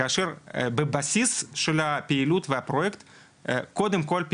כאשר בסיס הפעילות של הפרויקט קודם כל הוא